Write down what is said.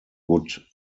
would